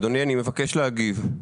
אדוני, אני מבקש להגיב.